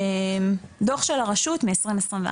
דוח של הרשות מ- 2021,